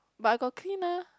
but I got clean ah